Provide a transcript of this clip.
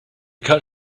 cut